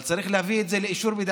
אבל צריך להביא את זה לאישור,